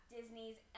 Disney's